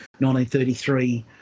1933